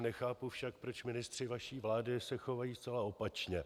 Nechápu však, proč se ministři vaší vlády chovají zcela opačně.